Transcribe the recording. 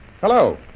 Hello